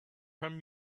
him